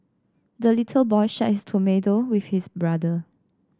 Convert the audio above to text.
the little boy shared his tomato with his brother